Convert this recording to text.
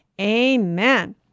Amen